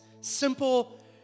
simple